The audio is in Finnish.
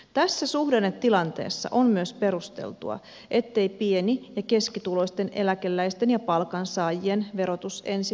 tässä suhdannetilanteessa on myös perusteltua ettei pieni ja keskituloisten eläkeläisten ja palkansaajien verotus ensi vuonna kiristy